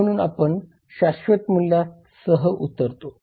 म्हणून आपण शाश्वत मूल्यासह उतरतो